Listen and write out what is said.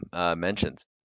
mentions